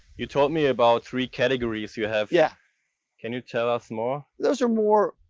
you told me about three categories you have. yeah can you tell us more? those are more.